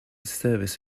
service